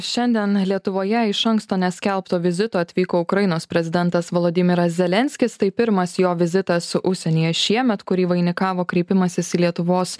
šiandien lietuvoje iš anksto neskelbto vizito atvyko ukrainos prezidentas vladimiras zelenskis tai pirmas jo vizitas užsienyje šiemet kurį vainikavo kreipimasis į lietuvos